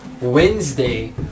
Wednesday